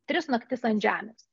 tris naktis ant žemės